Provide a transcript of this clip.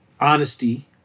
honesty